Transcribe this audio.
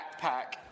backpack